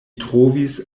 trovis